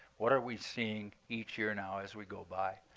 what are we seeing each year now as we go by?